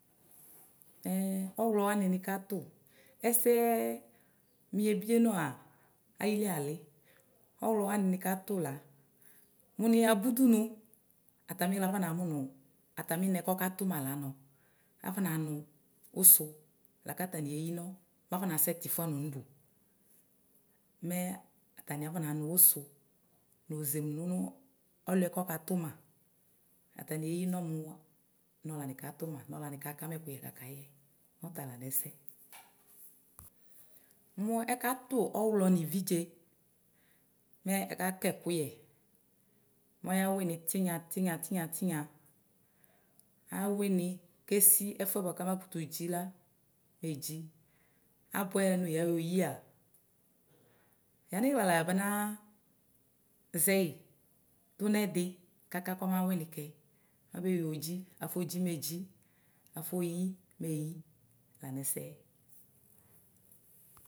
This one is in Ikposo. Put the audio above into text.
ɔwlɔ wanɩ nikatʋ ɛsɛ miebienɔ aa ayili ali ɔwlọ wanɩ nikatʋ la mʋ niyaba ʋdʋnʋ atamiɣla akɔnamʋnʋ ataminɛ kɔtʋma lanɔ akɔnanʋ ʋsʋ lakʋ atanɩ eyinɔ makanasɛ ti fʋanɔ nʋ ʋdʋ mɛ atanɩ akɔnanʋ ʋsʋ nʋ ɔzemʋ dʋnʋ ɔlʋɛ katʋma atanɩ eyinɔ mʋa nɔla nitʋma nɔla nikakama ɛkʋyɛ kakayɛ mɛ ɔtala nʋ ɛsɛ mʋ ɛkatʋ ɔwlɔ nʋ ividze mɛ ɛkaka ɛkʋyɛ maya wini tinya tinya tinya awini kesi ɛfʋɛ kabkʋtʋ dzɩ la medzi abʋɛyɛ nʋ yayɔyɩ aa yanoɣla la yabana yɛyɩ dʋnɛdɩ kaka kɔba wini kɛ abewi odzi medzi afoyi mɛ eyi ɔtala nɛsɛ.